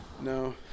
No